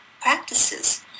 practices